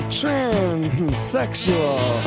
transsexual